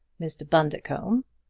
mr. bundercombe,